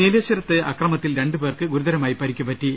നീലേശ്വരത്ത് അക്രമത്തിൽ രണ്ടുപേർക്ക് ഗുരുതരമായി പരിക്കേറ്റു